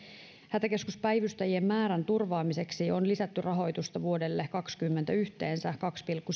hätäkeskuspäivystäjien määrän turvaamiseksi rahoitusta on lisätty vuodelle kaksikymmentä yhteensä kaksi pilkku